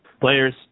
players